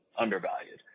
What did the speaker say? undervalued